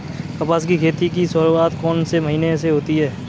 कपास की खेती की शुरुआत कौन से महीने से होती है?